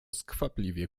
skwapliwie